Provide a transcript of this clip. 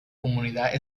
comunidad